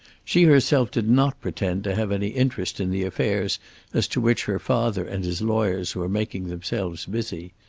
she herself did not pretend to have any interest in the affairs as to which her father and his lawyers were making themselves busy.